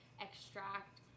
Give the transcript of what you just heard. extract